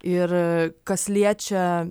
ir kas liečia